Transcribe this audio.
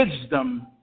wisdom